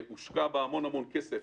שהושקע בה המון המון כסף,